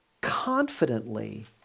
confidently